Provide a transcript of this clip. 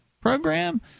program